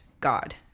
God